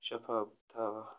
شَفاف تھاوان